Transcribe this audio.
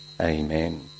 amen